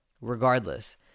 regardless